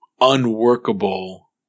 unworkable